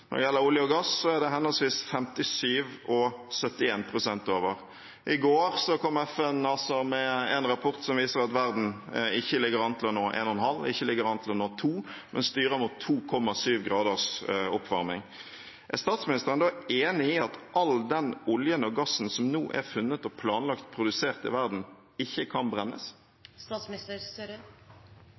gass, er det henholdsvis 57 og 71 pst. over. I går kom FN med en rapport som viser at verden ikke ligger an til å nå 1,5-gradersmålet, og heller ikke til å nå 2 grader, men styrer mot 2,7 graders oppvarming. Er statsministeren enig i at all den oljen og gassen som nå er funnet og planlagt produsert i verden, ikke kan